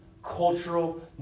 cultural